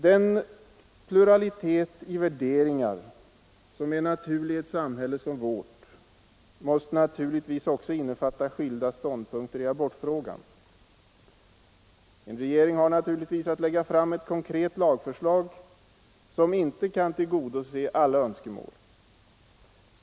Den pluralitet i värderingar som är naturlig i ett samhälle som vårt måste också innefatta skilda ståndpunkter i abortfrågan. En regering har att lägga fram ett konkret lagförslag, som naturligtvis inte kan tillgodose alla önskemål.